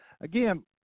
again